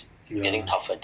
ya